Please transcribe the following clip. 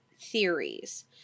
theories